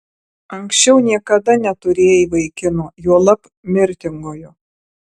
anksčiau niekada neturėjai vaikino juolab mirtingojo